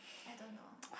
I don't know